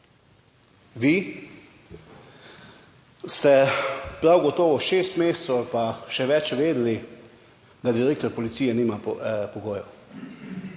Vi ste prav gotovo šest mesecev ali pa še več vedeli, da direktor policije nima pogojev.